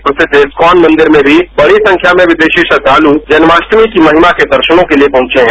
प्रसिद्ध इस्कॉन मंदिर में भी बड़ी संख्या में विदेशी श्रद्धाल जन्माष्टमी की महिमा के दर्शनों के लिए पहचे हैं